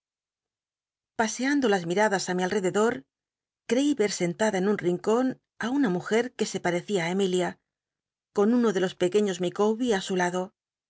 paseando las miladas á mi alrededor creí re sentada en un iucon i una muje que e pa recía i emilin con uno de los pequeños licawbel í su lado